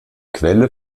quelle